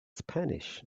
spanish